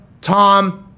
Tom